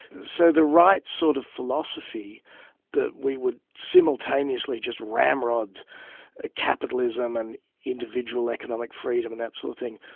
so the right sort of philosophy that we would simultaneously just ramrod ah capitalism and individual economic freedom and that sort of thing,